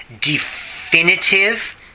definitive